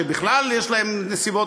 שבכלל יש להם נסיבות,